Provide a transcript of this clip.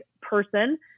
person